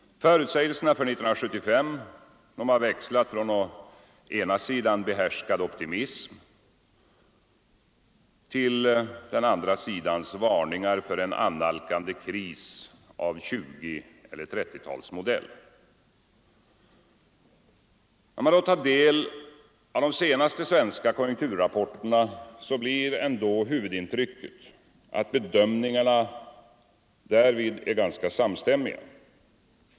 Förutsägelserna för 1975 har växlat från å ena sidan behärskad optimism till å andra sidan varningar för en annalkande kris av 1920 eller 1930 talsmodell. När man tar del av de senaste svenska konjunkturrapporterna blir ändå huvudintrycket att bedömningarna är ganska samstämmiga.